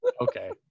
Okay